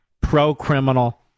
pro-criminal